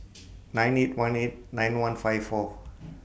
nine eight one eight nine one five four